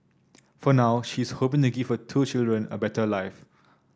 for now she is hoping to give her two children a better life